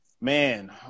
man